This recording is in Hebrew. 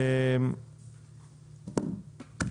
הייעוץ המשפטי, המשרד לביטחון פנים.